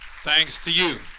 thanks to you,